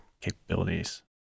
capabilities